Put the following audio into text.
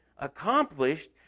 accomplished